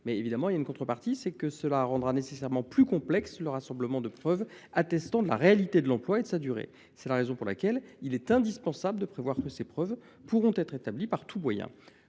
mais, en contrepartie, elle rendra nécessairement plus complexe le rassemblement de preuves attestant de la réalité de l’emploi et de sa durée. C’est la raison pour laquelle il est indispensable de prévoir que ces preuves pourront être établies par tous moyens.